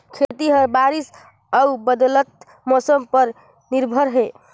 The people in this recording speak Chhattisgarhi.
खेती ह बारिश अऊ बदलत मौसम पर निर्भर हे